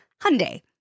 Hyundai